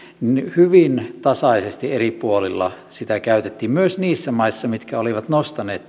hyvin tasaisesti eri puolilla sitä käytettiin myös niissä maissa mitkä olivat nostaneet